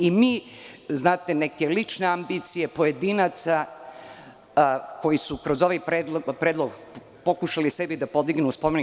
Ovo su neke lične ambicije pojedinaca koji su kroz ovaj predlog pokušali sebi da podignu spomenik.